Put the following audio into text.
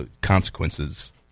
consequences